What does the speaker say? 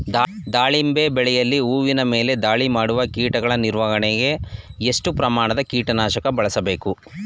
ದಾಳಿಂಬೆ ಬೆಳೆಯಲ್ಲಿ ಹೂವಿನ ಮೇಲೆ ದಾಳಿ ಮಾಡುವ ಕೀಟಗಳ ನಿರ್ವಹಣೆಗೆ, ಎಷ್ಟು ಪ್ರಮಾಣದಲ್ಲಿ ಕೀಟ ನಾಶಕ ಬಳಸಬೇಕು?